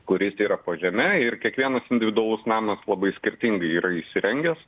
kuris tėra po žeme ir kiekvienas individualus namas labai skirtingai yra įsirengęs